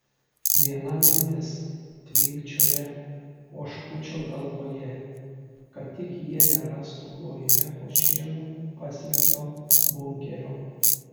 viena mintis tvinkčioja oškučio galvoje kad tik jie nerastų klojime po šienu paslėpto bunkerio